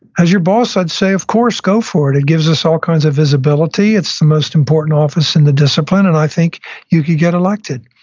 as your boss, i'd say of course go for it. it gives us all kinds of visibility. it's the most important office in the discipline, and i think you could get elected.